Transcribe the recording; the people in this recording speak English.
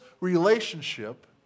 relationship